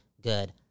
good